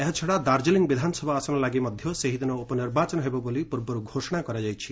ଏହାଛଡା ଦାର୍ଜିଲିଂ ବିଧାନସଭା ଆସନ ଲାଗି ମଧ୍ୟ ସେହିଦିନ ଉପନିର୍ବାଚନ ହେବ ବୋଲି ପୂର୍ବରୁ ଘୋଷଣା କରାଯାଇଛି